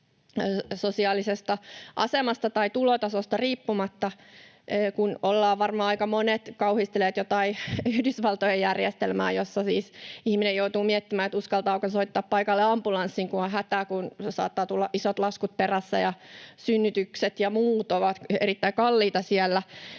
sosiaalisesta asemasta tai tulotasosta riippumatta. Varmaan aika monet ovat kauhistelleet jotain Yhdysvaltojen järjestelmää, jossa siis ihminen joutuu miettimään, uskaltaako soittaa paikalle ambulanssin, kun on hätä, kun saattaa tulla isot laskut perässä, ja synnytykset ja muut ovat erittäin kalliita siellä.